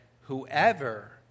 Whoever